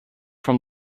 from